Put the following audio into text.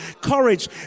Courage